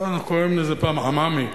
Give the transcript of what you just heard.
אנחנו קראנו לזה פעם עממי,